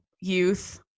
youth